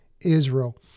Israel